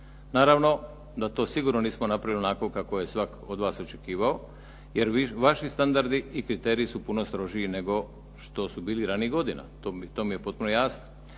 Naravno da to sigurno nismo napravili onako kako je sva od vas očekivao jer vaši standardi i kriteriji su puno strožiji nego što su bili ranijih godina, to mi je potpuno jasno.